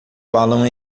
falam